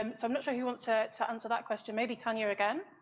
um so i'm not sure who wants to to answer that question. maybe tanya again?